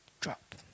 Drop